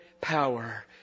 power